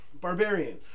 Barbarian